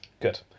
Good